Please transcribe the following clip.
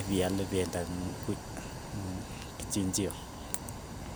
ipiale pendo eng' buch mm kichinjio.